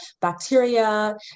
bacteria